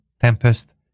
Tempest